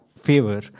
favor